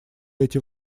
эти